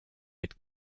mit